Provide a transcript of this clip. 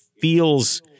feels